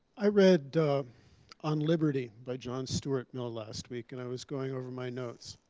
i read on liberty by jon stewart and last week, and i was going over my notes.